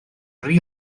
rhy